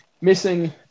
missing